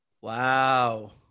wow